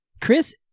Chris